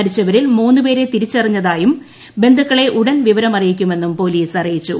മരിച്ച്വരിൽ മൂന്നുപേരെ തിരിച്ചറിഞ്ഞതായും ബന്ധുക്കളെ ഉടൻ വിവരം അറിയിക്കുമെന്നും പോലീസ് അറിയിച്ചു